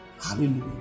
Hallelujah